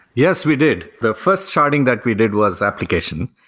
yes, we did. the first sharding that we did was application.